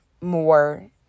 more